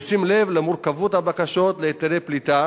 בשים לב למורכבות הבקשות להיתרי פליטה